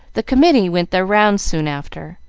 the committee went their rounds soon after,